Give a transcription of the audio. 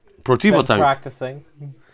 Practicing